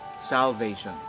salvation